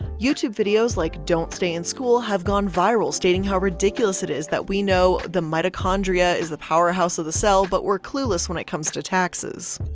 youtube videos like don't stay in school, have gone viral stating how ridiculous it is that we know the mitochondria is the powerhouse of the cell, but we're clueless when it comes to taxes.